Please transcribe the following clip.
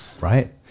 Right